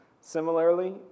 Similarly